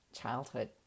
childhood